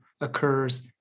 occurs